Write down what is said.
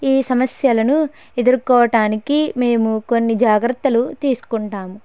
ఈ సమస్యలను ఎదుర్కోటానికి మేము కొన్ని జాగ్రత్తలు తీసుకుంటాము